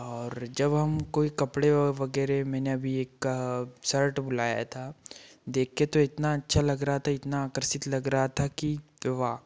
और जब हम कोई कपड़े व वगैरह मैंने अभी एक शर्ट बुलाया था देख के तो इतना अच्छा लग रहा था इतना आकर्षित लग रहा था कि वाह